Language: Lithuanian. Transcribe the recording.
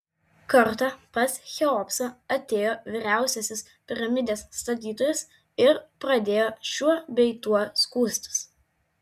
kartą pas cheopsą atėjo vyriausiasis piramidės statytojas ir pradėjo šiuo bei tuo skųstis